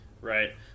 right